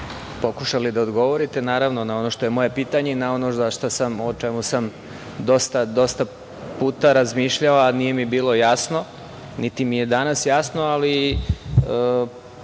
pokušali da odgovorite na ono što je moje pitanje i na ono o čemu sam dosta puta razmišljao a nije mi bilo jasno, niti mi je danas jasno. Ali,